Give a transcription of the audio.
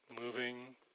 moving